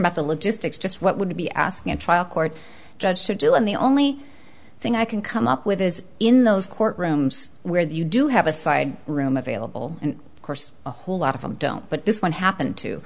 about the logistics just what would be asking a trial court judge should do and the only thing i can come up with is in those courtrooms where you do have a side room available and of course a whole lot of them don't but this one happened to